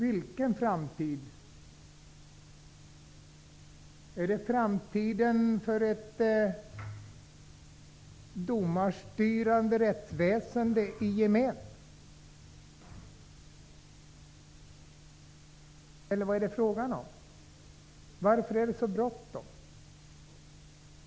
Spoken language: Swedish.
Vilken framtid? Är det framtiden för ett domarstyrande rättsväsende i gemen, eller vad är det fråga om? Varför är det så bråttom?